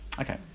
Okay